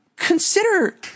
Consider